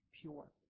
pure